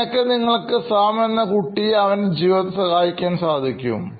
എങ്ങനൊക്കെ നിങ്ങൾക്ക് സാംഎന്ന കുട്ടിയെ അവൻറെ ജീവിതത്തിൽ സഹായിക്കാൻ സാധിക്കും